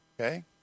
Okay